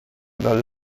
dal